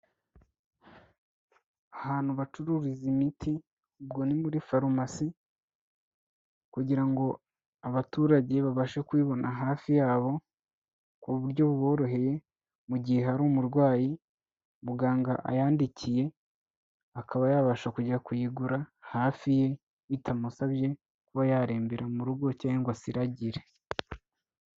Ahantu bacururiza imiti ubwo ni muri farumasi kugira ngo abaturage babashe kuyibona hafi yabo, ku buryo buboroheye mu gihe hari umurwayi muganga ayandikiye, akaba yabasha kujya kuyigura hafi ye bitamusabye kuba yarembera mu rugo cyangwa ngo asiragire.